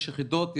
יש יחידות,